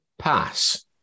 pass